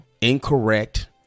incorrect